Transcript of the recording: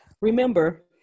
Remember